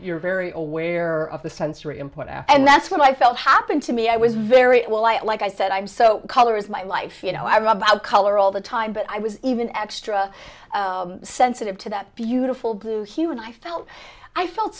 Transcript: you're very aware of the sensory input and that's what i felt happened to me i was very well i like i said i'm so colors my life you know about color all the time but i was even extra sensitive to that beautiful blue hue and i felt i felt